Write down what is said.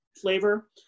flavor